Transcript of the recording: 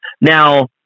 Now